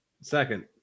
Second